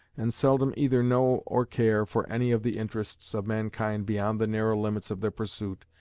and seldom either know or care for any of the interests of mankind beyond the narrow limits of their pursuit,